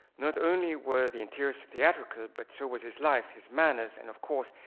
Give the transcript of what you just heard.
not only were the interiors theatrical, but so was his life, his manners and of course,